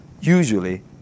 usually